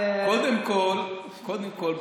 קודם כול,